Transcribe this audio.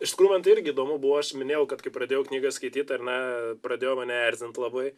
iš tikrųjų man irgi įdomu buvo aš minėjau kad kai pradėjau knygą skaityt ar ne pradėjo mane erzint labai